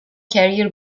career